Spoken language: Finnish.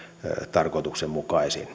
tarkoituksenmukaisin